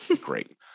Great